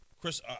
chris